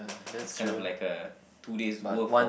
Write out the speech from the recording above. it's kind of like a two days worth of